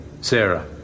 Sarah